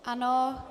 Ano.